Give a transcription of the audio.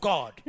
God